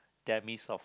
demise of